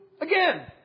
again